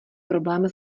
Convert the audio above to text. problém